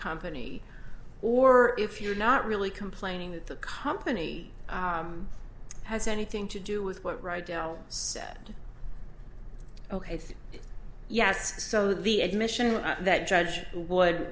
company or if you're not really complaining that the company has anything to do with what right dell said ok yes so the admission that judge would